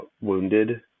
wounded